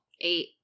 Eight